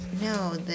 No